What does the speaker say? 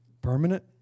Permanent